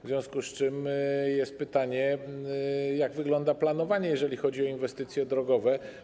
W związku z tym jest pytanie, jak wygląda planowanie, jeżeli chodzi o inwestycje drogowe.